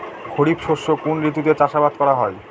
খরিফ শস্য কোন ঋতুতে চাষাবাদ করা হয়?